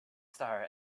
star